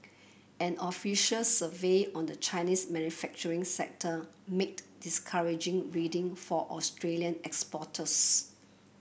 an official survey on the Chinese manufacturing sector made discouraging reading for Australian exporters